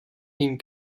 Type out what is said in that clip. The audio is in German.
hin